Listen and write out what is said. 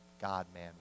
God-man